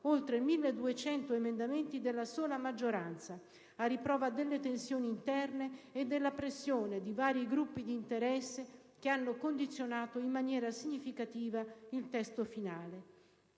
oltre 1.200 emendamenti della sola maggioranza, a riprova delle tensioni interne e della pressione di vari gruppi di interesse che hanno condizionato in maniera significativa il testo finale.